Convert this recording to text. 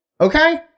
Okay